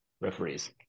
referees